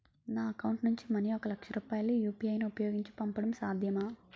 నా అకౌంట్ నుంచి మనీ ఒక లక్ష రూపాయలు యు.పి.ఐ ను ఉపయోగించి పంపడం సాధ్యమా?